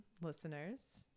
listeners